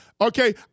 Okay